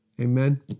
Amen